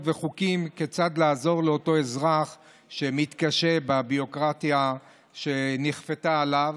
וחוקים כיצד לעזור לאותו אזרח שמתקשה בביורוקרטיה שנכפתה עליו.